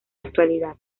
actualidad